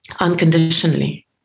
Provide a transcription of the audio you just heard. unconditionally